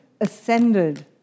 ascended